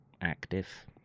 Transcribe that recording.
active